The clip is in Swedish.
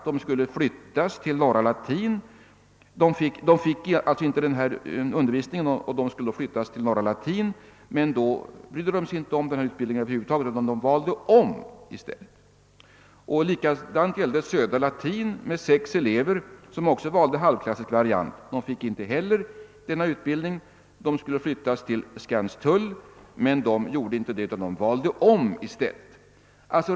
De skulle flyttas till Norra Latin för att kunna få denna undervisning, men de var inte intresserade av att byta skola utan valde om. Samma sak hände vid Södra Latin, där sex elever som också valde halvklassisk variant skulle flyttas till Skanstull, men de valde om i stället.